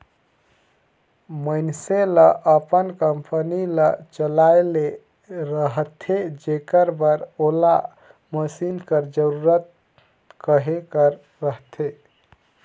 मइनसे ल अपन कंपनी ल चलाए ले रहथे जेकर बर ओला मसीन कर जरूरत कहे कर रहथे